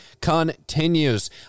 continues